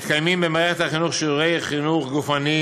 מתקיימים במערכת החינוך שיעורי חינוך גופני,